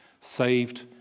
Saved